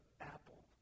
apple